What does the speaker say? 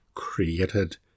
created